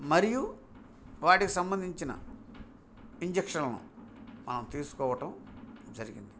మరియు వాటికి సంబంధించిన ఇంజక్షన్లను మనం తీసుకోవటం జరిగింది